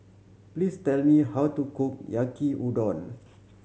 please tell me how to cook Yaki Udon